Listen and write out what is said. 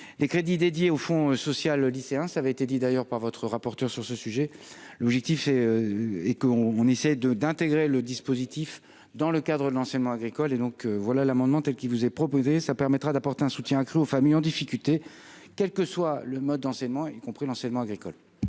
les crédits dédiés au fonds social lycéen ça avait été dit d'ailleurs par votre rapporteur sur ce sujet, l'objectif est, et qu'on on essaye de d'intégrer le dispositif dans le cadre de l'enseignement agricole et donc voilà l'amendement qui vous est proposé, ça permettra d'apporter un soutien accru aux familles en difficulté, quel que soit le mode d'enseignement, y compris l'enseignement agricole.